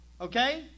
Okay